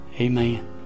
Amen